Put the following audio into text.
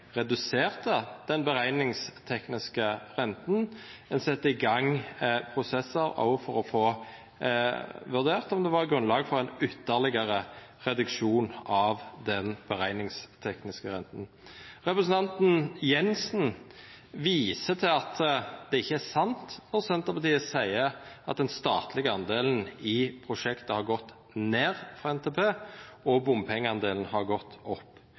reduserte den berekningstekniske renta. Ein sette òg i gang prosessar for å få vurdert om det var grunnlag for ein ytterlegare reduksjon av den berekningstekniske renta. Representanten Jensen viser til at det ikkje er sant når Senterpartiet seier at den statlege delen i prosjektet har gått ned frå NTP, og bompengedelen har gått opp.